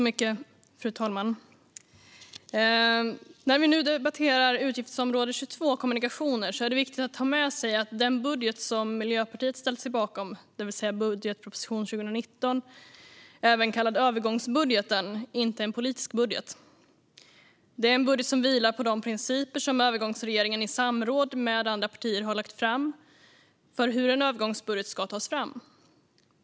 Fru talman! När vi nu debatterar utgiftsområde 22 Kommunikationer är det viktigt att ha med sig att den budget som Miljöpartiet ställt sig bakom, det vill säga Budgetpropositionen för 2019 , även kallad övergångsbudgeten, inte är en politisk budget. Det är en budget som vilar på de principer som övergångsregeringen i samråd med andra partier har lagt fram för hur en övergångsbudget ska tas fram.